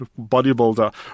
bodybuilder